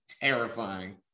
terrifying